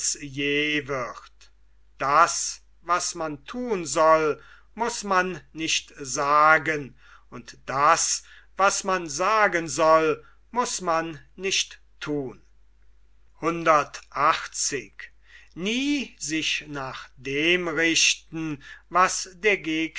wird das was man thun soll muß man nicht sagen und das was man sagen soll muß man nicht thun nie sich nach dem richten was der